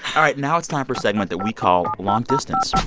all right. now it's time for a segment that we call long distance